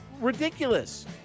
ridiculous